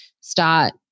start